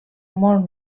molt